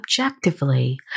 objectively